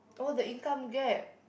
oh the income gap